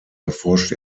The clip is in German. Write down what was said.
erforscht